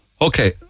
Okay